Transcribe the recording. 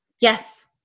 Yes